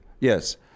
Yes